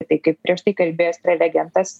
tai kaip prieš tai kalbėjęs prelegentas